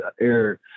air